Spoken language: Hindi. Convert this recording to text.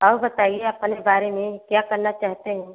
और बताइए अपने बारे में क्या करना चाहते हैं